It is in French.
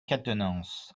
quatennens